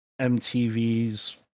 mtv's